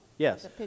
Yes